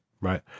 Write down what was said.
Right